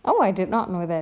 oh I did not know that